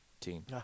team